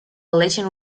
latin